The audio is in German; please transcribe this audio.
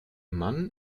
mann